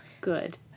Good